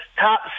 top